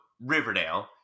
Riverdale